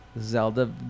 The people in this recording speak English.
Zelda